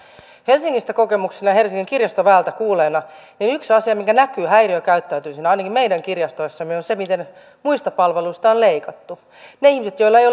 helsingistä kokemuksena ja helsingin kirjastoväeltä kuulleena yksi asia mikä näkyy häiriökäyttäytymisenä ainakin meidän kirjastoissa on se miten muista palveluista on leikattu niille ihmisille joilla ei